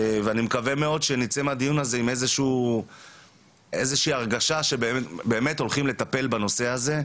אני מקווה שנצא מהדיון הזה באיזושהי הרגשה שבאמת הולכים לטפל בנושא הזה,